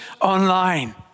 online